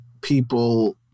people